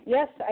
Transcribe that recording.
Yes